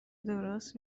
درست